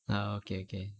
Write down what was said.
ah okay okay